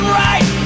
right